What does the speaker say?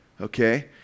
okay